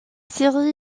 série